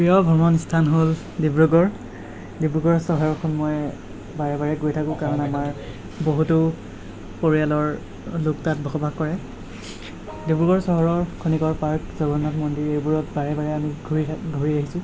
প্ৰিয় ভ্ৰমণ স্থান হ'ল ডিব্ৰুগড় ডিব্ৰুগড় চহৰখন মই বাৰে বাৰে গৈ থাকো কাৰণ আমাৰ বহুতো পৰিয়ালৰ লোক তাত বসবাস কৰে ডিব্ৰুগড় চহৰৰ খনিকৰ পাৰ্ক জগন্নাথ মন্দিৰ এইবোৰত বাৰে বাৰে আমি ঘূৰি থাক ঘূৰি আহিছোঁ